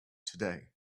today